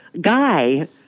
guy